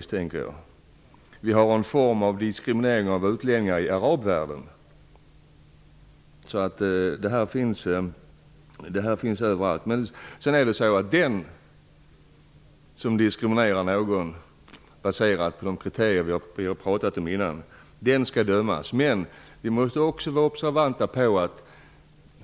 Det sker också en form av diskriminering av utlänningar i arabvärlden. Så detta förekommer överallt. Den som diskriminerar någon, baserat på de kriterier som vi tidigare har talat om, skall dömas. Men vi måste också vara observanta på att